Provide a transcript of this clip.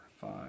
five